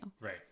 Right